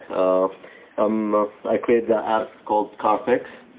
um um i created the app called car fix.